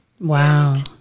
Wow